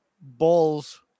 balls